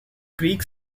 greek